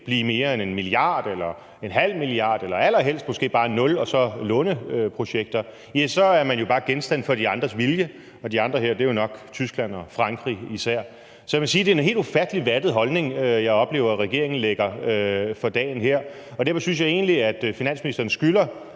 blive mere end 1 milliard eller ½ milliard eller allerhelst, måske bare nul – og så låneprojekter – så er man jo bare genstand for de andres vilje, og de andre her er jo nok især Tyskland og Frankrig. Så jeg må sige, at det er en helt ufattelig vattet holdning, jeg oplever at regeringen lægger for dagen her. Og derfor synes jeg egentlig, at finansministeren skylder